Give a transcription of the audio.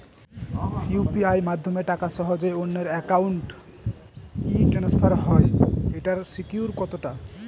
UPI মাধ্যমে টাকা সহজেই অন্যের অ্যাকাউন্ট ই ট্রান্সফার হয় এইটার সিকিউর কত টা?